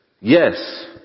Yes